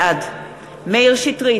בעד מאיר שטרית,